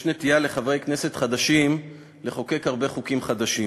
יש נטייה לחברי כנסת חדשים לחוקק הרבה חוקים חדשים.